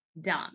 done